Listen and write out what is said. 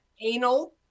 anal